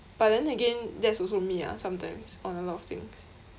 but then again that's also me ah sometimes on a lot of things